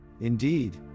Indeed